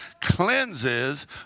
cleanses